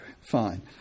fine